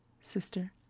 sister